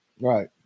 Right